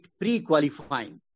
pre-qualifying